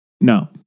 No